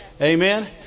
Amen